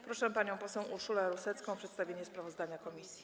Proszę panią poseł Urszulę Rusecką o przedstawienie sprawozdania komisji.